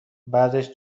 بعدش